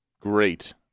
great